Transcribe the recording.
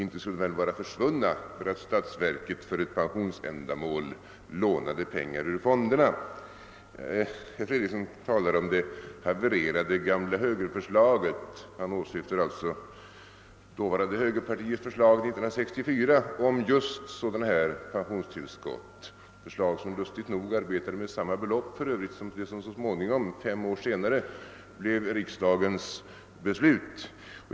Inte skulle väl pengarna vara försvunna därför att statsverket för pensionsändamål lånade ur fonderna? Herr Fredriksson talar om det havererade gamla högerförslaget och åsyftar dåvarande högerpartiets förslag år 1964 om just sådana här pensionstillskott — ett förslag som lustigt nog arbetade med samma belopp som det som fem år senare blev riksdagens beslut.